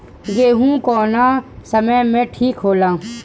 गेहू कौना समय मे ठिक होला?